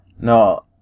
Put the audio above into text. No